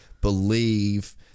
believe